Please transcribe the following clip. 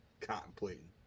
Contemplating